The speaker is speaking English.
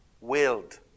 willed